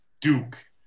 Duke